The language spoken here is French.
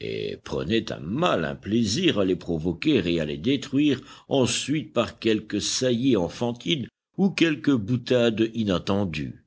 et prenaient un malin plaisir à les provoquer et à les détruire ensuite par quelque saillie enfantine ou quelque boutade inattendue